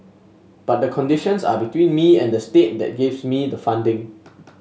but the conditions are between me and the state that gives me the funding